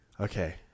okay